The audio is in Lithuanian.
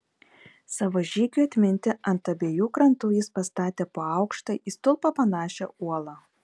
savo žygiui atminti ant abiejų krantų jis pastatė po aukštą į stulpą panašią uolą